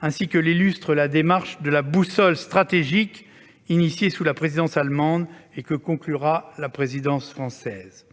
ainsi que l'illustre la démarche de la boussole stratégique, lancée sous la présidence allemande et que conclura la présidence française.